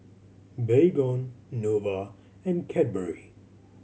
Baygon Nova and Cadbury